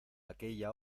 aquella